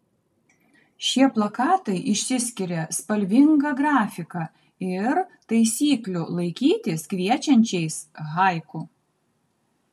šie plakatai išsiskiria spalvinga grafika ir taisyklių laikytis kviečiančiais haiku